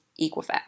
Equifax